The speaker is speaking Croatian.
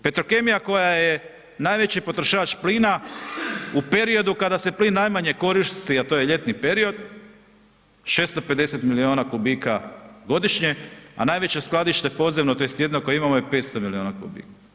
Petrokemija koja je najveći potrošač plina u periodu kada se plin najmanje koristi, a to je ljetni period, 650 milijuna kubika godišnje, a najveće skladište podzemno, tj. jedino koje imamo je 500 milijuna kubika.